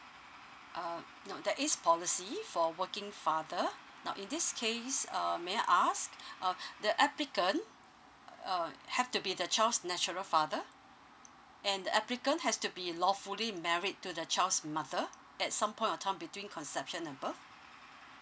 uh no there is policy for working father now in this case uh may I ask uh the applicant uh have to be the child's natural father and the applicant has to be lawfully married to the child's mother at some point of time between conception and birth